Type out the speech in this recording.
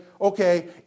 okay